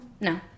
No